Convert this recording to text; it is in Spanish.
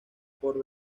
por